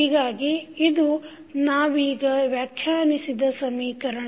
ಹೀಗಾಗಿ ಇದು ನಾವೀಗ ವ್ಯಾಖ್ಯಾನಿಸಿದ ಸಮೀಕರಣ